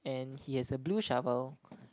and he has a blue shovel